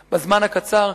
או בזמן הקצר,